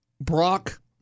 Brock